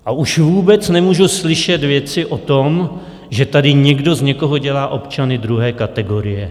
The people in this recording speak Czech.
A už vůbec nemůžu slyšet věci o tom, že tady někdo z někoho dělá občany druhé kategorie.